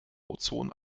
ozon